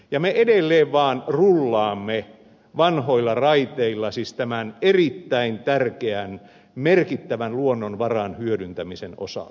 me edelleen vaan rullaamme vanhoilla raiteilla tämän erittäin tärkeän ja merkittävän luonnonvaran hyödyntämisen osalta